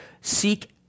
seek